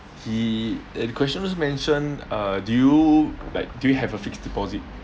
the the question also mentioned uh do you like do you have a fixed deposit